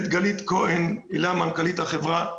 מנכ"לית החברה,